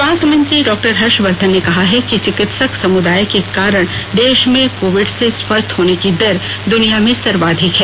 स्वास्थ्य मंत्री डॉ हर्षवर्धन ने कहा है कि चिकित्सक समुदाय के कारण देश में कोविड से स्वस्थ होने की दर दुनिया में सर्वाधिक है